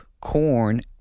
corn